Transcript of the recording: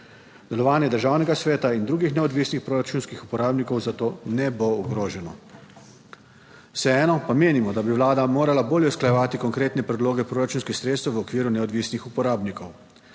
Delovanje Državnega sveta in drugih neodvisnih proračunskih uporabnikov zato ne bo ogroženo, vseeno pa menimo, da bi Vlada morala bolje usklajevati konkretne predloge proračunskih sredstev v okviru neodvisnih uporabnikov.